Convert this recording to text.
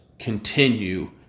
Continue